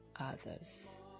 others